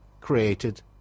created